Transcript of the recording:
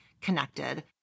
connected